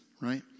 right